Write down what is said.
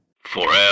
forever